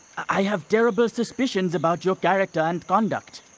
i have terrible suspicions about your character and conduct.